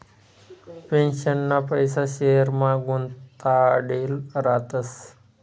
पेन्शनना पैसा शेयरमा गुताडेल रातस